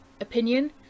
opinion